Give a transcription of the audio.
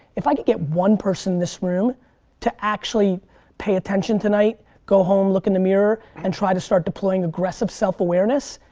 if i could get one person in this room to actually pay attention tonight, go home, look in the mirror, and try to start deploying aggressive self-awareness,